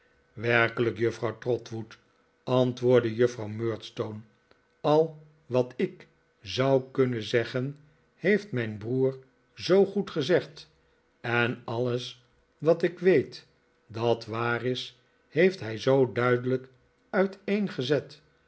werkelijk juffrouw trotwood antwoordde juffrouw murdstone al wat ik zou kunnen zeggen heeft mijn broer zoo goed gezegd en alles wat ik weet dat waar is heeft hij zoo duidelijk